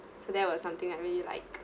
so that was something I really like